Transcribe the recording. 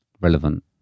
relevant